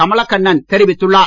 கமலக்கண்ணன் தெரிவித்துள்ளார்